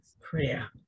prayer